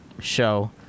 show